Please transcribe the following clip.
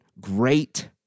great